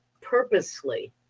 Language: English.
purposely